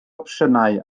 opsiynau